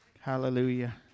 Hallelujah